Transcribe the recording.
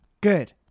Good